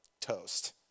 toast